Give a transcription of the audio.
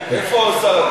איפה עוד שר כאן?